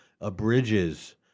abridges